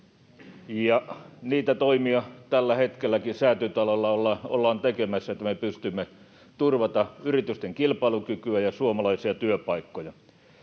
niitä toimia tällä hetkelläkin Säätytalolla ollaan tekemässä, että me pystymme turvaamaan yritysten kilpailukykyä ja suomalaisia työpaikkoja.